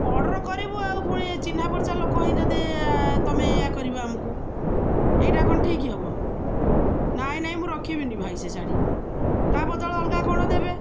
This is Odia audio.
ଅର୍ଡ଼ର୍ କରିବୁ ଆଉ ପୁଣି ଚିହ୍ନା ପରିଚୟ ଲୋକ ହିଁ ଯଦି ତମେ ଏଇୟା କରିବ ଆମକୁ ଏଇଟା କ'ଣ ଠିକ୍ ହବ ନାଇଁ ନାଇଁ ମୁଁ ରଖିବିନି ଭାଇ ସେ ଶାଢ଼ୀ ତା ବଦଳ ଅଲଗା କ'ଣ ଦେବେ